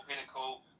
pinnacle